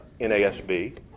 NASB